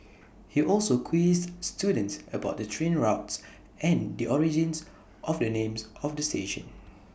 he also quizzed students about the train routes and the origins of the names of stations